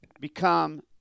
become